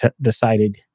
decided